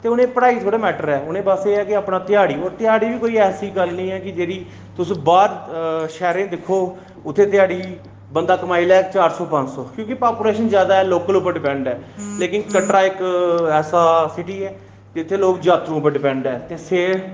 ते उ'नें पढ़ाई थोह्ड़े मैट्टर ऐ उ'नें बस एह् कि अपनी ध्याड़ी अवा ध्याड़ी बी कोई ऐसी गल्ल निं ऐ कि तुस जेह्ड़ी बाह्र शैह्रें च दिक्खो उत्थें ध्याड़ी बंदा कमाई लैग चार सौ पंज सौ क्योंकि पापूलेशन जादा ऐ लोकल उप्पर डिपैंड ऐ लेकिन कटरा इक ऐसा सिटी ऐ जित्थें लोग जात्तरुएं पर डिपैंड ऐं ते सेल